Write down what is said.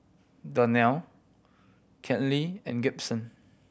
Donnell Karley and Gibson